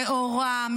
נאורה,